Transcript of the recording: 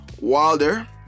Wilder